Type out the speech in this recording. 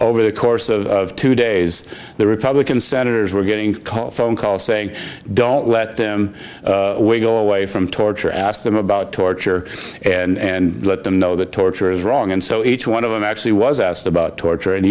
over the course of two days the republican senators were getting phone calls saying don't let them go away from torture ask them about torture and let them know that torture is wrong and so each one of them actually was asked about torture and